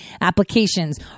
applications